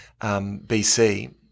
BC